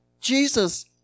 Jesus